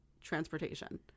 Transportation